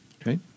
Okay